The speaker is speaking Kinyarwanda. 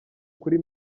kuri